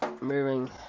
moving